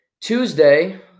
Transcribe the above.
Tuesday